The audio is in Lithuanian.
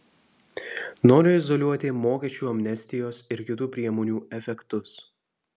noriu izoliuoti mokesčių amnestijos ir kitų priemonių efektus